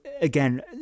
again